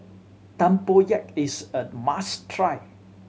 tempoyak is a must try